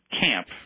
camp